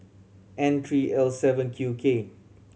N three L seven Q K